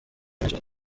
nijoro